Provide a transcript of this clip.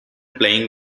playing